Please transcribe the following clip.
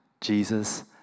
Jesus